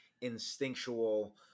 instinctual